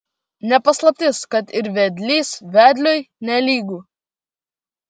ne paslaptis kad ir vedlys vedliui nelygu